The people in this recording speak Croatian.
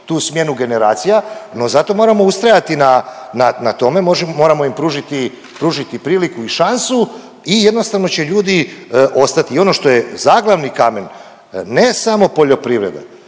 tu smjenu generacija, no zato moramo ustrajati na, na tome može… moramo im pružiti, pružiti priliku i šansu i jednostavno će ljudi ostati. I ono što je zaglavni kamen ne samo poljoprivrede,